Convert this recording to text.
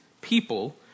people